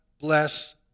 bless